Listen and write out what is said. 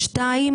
דבר שני,